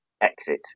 exit